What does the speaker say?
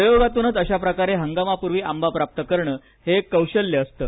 प्रयोगातूनच अशाप्रकारे हंगामापूर्वी आंबा प्राप्त करण हे एक कौशल्य असतं